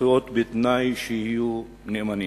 זכויות בתנאי שיהיו נאמנים.